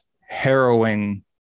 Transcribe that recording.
harrowing